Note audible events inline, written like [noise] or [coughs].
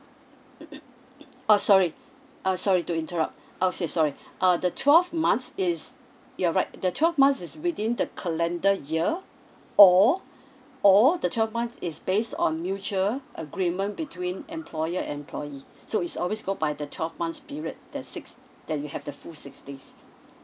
[coughs] uh sorry uh sorry to interrupt I'll say sorry uh the twelve months is you are right the twelve months is within the calendar year or all the twelve months is based on a mutual agreement between employer and employee so it's always go by the twelve months period that six that you have the full six days